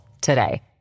today